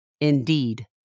indeed